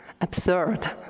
Absurd